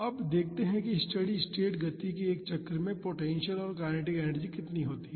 अब देखते हैं कि स्टेडी स्टेट गति के एक चक्र में पोटेंशिअल और काइनेटिक एनर्जी कितनी होती है